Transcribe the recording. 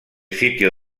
sitio